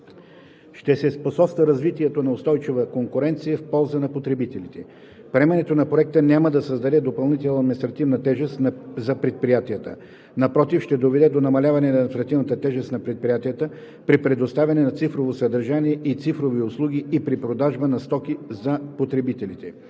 Ще се способства развитието на устойчива конкуренция в полза на потребителите. Приемането на Проекта няма да създаде допълнителна административна тежест за предприятията. Напротив, ще доведе до намаляване на административната тежест за предприятията при предоставянето на цифрово съдържание и цифрови услуги и при продажбата на стоки на потребителите.